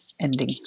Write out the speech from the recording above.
ending